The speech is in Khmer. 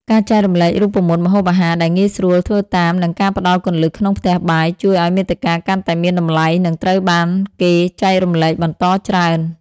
ការចែករំលែករូបមន្តម្ហូបអាហារដែលងាយស្រួលធ្វើតាម និងការផ្ដល់គន្លឹះក្នុងផ្ទះបាយ ជួយឱ្យមាតិកាកាន់តែមានតម្លៃ និងត្រូវបានគេចែករំលែកបន្តច្រើន។